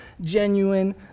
genuine